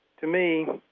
to me,